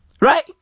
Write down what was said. Right